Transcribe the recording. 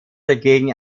dagegen